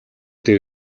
дээр